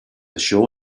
show